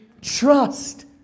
trust